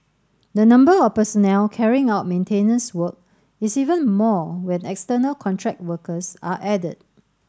the number of personnel carrying out maintenance work is even more when external contract workers are added